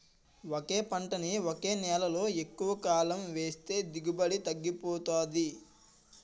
ఒకే పంటని ఒకే నేలలో ఎక్కువకాలం ఏస్తే దిగుబడి తగ్గిపోతాది